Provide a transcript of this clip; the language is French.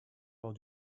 lors